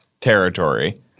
territory